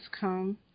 come